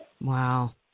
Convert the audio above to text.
Wow